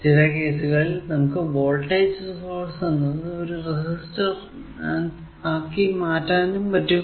ചില കേസിൽ നമുക്ക് വോൾടേജ് സോഴ്സ് എന്നത് ഒരു റെസിസ്റ്റർ ആക്കി മാറ്റാൻ സാധിക്കും